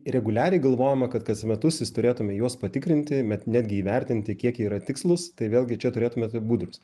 reguliariai galvojama kad kas metus vis turėtume juos patikrinti met netgi įvertinti kiek jie yra tikslūs tai vėlgi čia turėtumėte budrūs